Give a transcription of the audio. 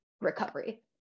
recovery